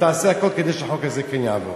תעשה הכול כדי שהחוק הזה כן יעבור.